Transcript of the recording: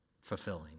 fulfilling